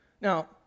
Now